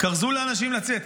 כרזו לאנשים לצאת,